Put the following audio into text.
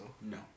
No